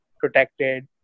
protected